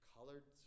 Colored